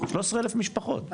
כ-13,000 משפחות ממתינות.